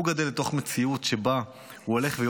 הוא גדל אל תוך מציאות שבה הוא הולך וגדל,